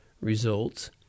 results